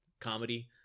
comedy